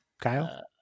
Kyle